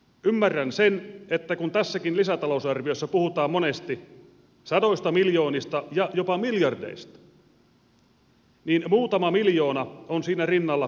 ymmärrän sen että kun tässäkin lisätalousarviossa puhutaan monesti sadoista miljoonista ja jopa miljardeista niin muutama miljoona on siinä rinnalla pikkuraha